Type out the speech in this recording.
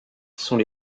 sont